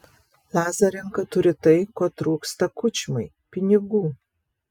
lazarenka turi tai ko trūksta kučmai pinigų